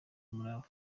umurava